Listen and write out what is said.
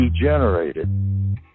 degenerated